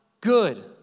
good